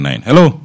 Hello